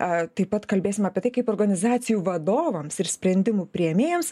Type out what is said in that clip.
a taip pat kalbėsim apie tai kaip organizacijų vadovams ir sprendimų priėmėjams